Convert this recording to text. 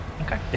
Okay